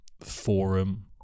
forum